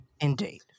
Indeed